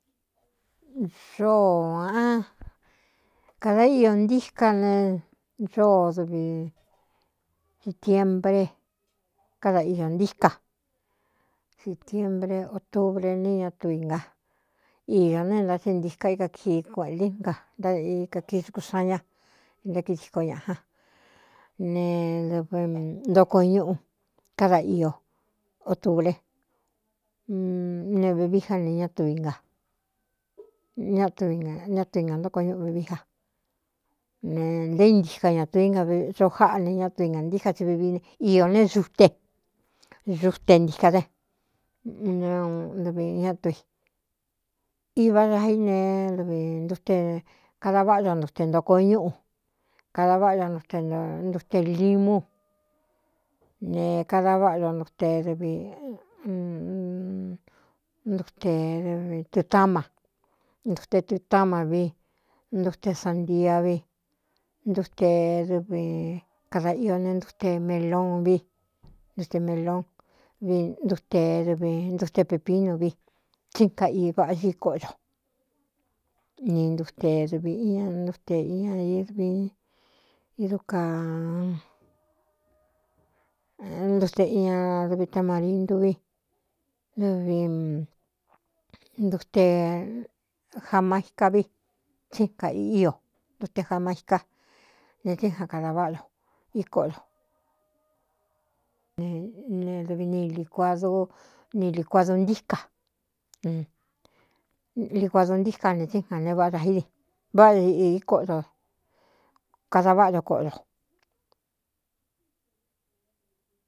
Zoo aꞌan kadā íō ntíká nee zóo dvi stiebre káda iñō ntíka sītiebre otubre n ñatui nga iñō ne é ntá tsɨ ntika ikakii kueꞌēnti nga ntáikakii dku xanña itákii siko ñaꞌa a ne dv ntoko ñꞌu káda io otuvre nevvi já ñái añáti ngā ntóko ñúꞌu vi vi ja ne nté í ntika ñatu í ngadoo jáꞌa ne ñátu i ngāntíka tsi vvi iō ne zute zute ntika de dvi ñátu i iva daíne dvi ntu te kada váꞌa do ntute ntoko ñúꞌu kada váꞌa ñ ntute limú ne kada váꞌ netutama ntute tutama vi ntute santia vi ntute dvi kada íō ne ntte mlvne melon nttedvi ntute pepinu vi tsín ca i vaꞌa cí koꞌo do ni ntute dvi iña ntte iña ivi id kaneña dvi tamari ntúví dɨvi ntute jamaica vi tsínka io ndute jamaica ne tsíja kada váꞌa do íkoꞌo do ne dvi ni likuadu n likuadu ntíka likuadu ntíka ne tsínga ne ꞌa a íi váꞌa íkoꞌo do kada váꞌa do koꞌo do.